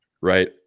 right